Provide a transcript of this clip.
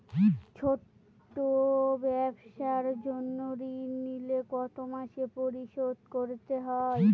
ছোট ব্যবসার জন্য ঋণ নিলে কত মাসে পরিশোধ করতে হয়?